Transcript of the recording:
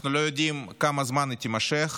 אנחנו לא יודעים כמה זמן היא תימשך,